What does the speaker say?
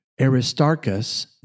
Aristarchus